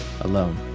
alone